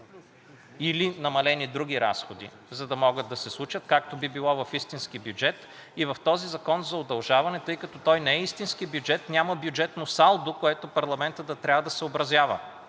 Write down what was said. или намалени други разходи, за да могат да се случат, както би било в истински бюджет, и в този закон за удължаване, тъй като той не е истински бюджет, няма бюджетно салдо, което парламентът да трябва да съобразява